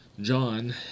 John